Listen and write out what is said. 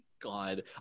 God